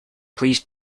please